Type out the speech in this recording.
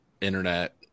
internet